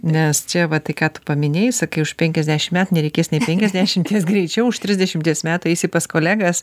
nes čia va tai ką tu paminėjai sakai už penkiasdešim met nereikės nė penkiasdešimties greičiau už trisdešimties metų eisi pas kolegas